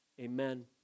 Amen